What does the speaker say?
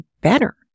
better